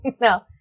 No